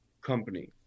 company